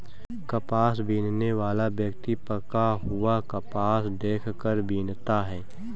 कपास बीनने वाला व्यक्ति पका हुआ कपास देख कर बीनता है